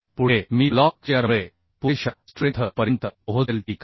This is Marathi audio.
पुढे मी ब्लॉक शीअरमुळे पूरेशा स्ट्रेंथ पर्यंत पोहोचेल ठीक आहे